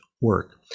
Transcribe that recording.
work